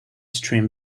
stream